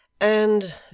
And